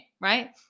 right